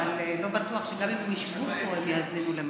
אבל לא בטוח שגם אם ישבו פה הם יאזינו למשהו.